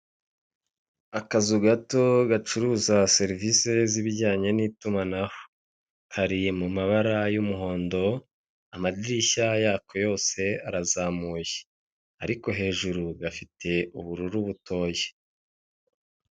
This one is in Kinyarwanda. Akazu gato, gacuruza serivise z'ibijyanye n'itumanaho. Kari mu mabara y'umuhondo, amadirishya yako yose arazamuye. Ariko hejuru gafite ubururu butoya.